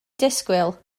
disgwyl